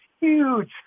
huge